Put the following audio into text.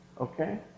Okay